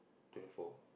twenty four